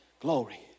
Glory